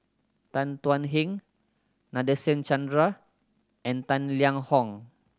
Tan Thuan Heng Nadasen Chandra and Tang Liang Hong